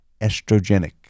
estrogenic